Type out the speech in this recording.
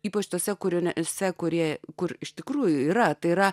ypač tuose kūriniuose kurie kur iš tikrųjų yra tai yra